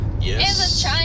Yes